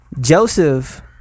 Joseph